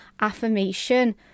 affirmation